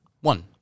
one